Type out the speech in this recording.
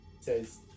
Says